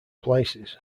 places